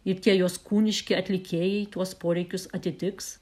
ir jos kūniški atlikėjai tuos poreikius atitiks